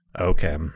okay